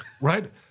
right